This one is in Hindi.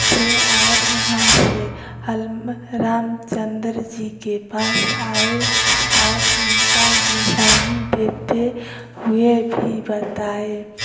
थे और वहाँ से हनम रामचंद्र जी के पास आए और उनका निशानी देते हुए भी बताए